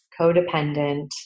codependent